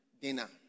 dinner